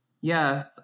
Yes